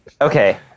Okay